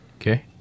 Okay